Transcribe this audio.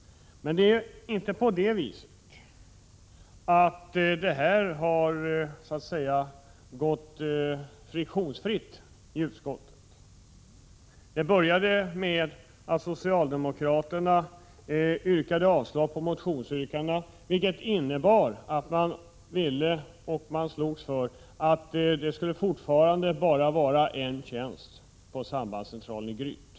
Men det här har inte varit friktionsfritt i utskottet. Det började med att socialdemokraterna yrkade avslag på motionsyrkandena, vilket innebar att man ville, och slogs för, att det fortfarande bara skulle vara en tjänst på sambandscentralen i Gryt.